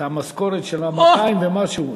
זה המשכורת של ה-200 ומשהו,